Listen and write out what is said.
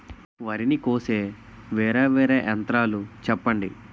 వరి ని కోసే వేరా వేరా యంత్రాలు చెప్పండి?